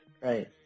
right